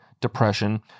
depression